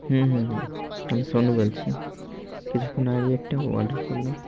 হুম হুম হুম আমি সনু বলছি কিছুক্ষণ আগে একটা অর্ডার করলাম